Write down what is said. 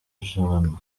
jabana